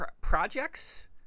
projects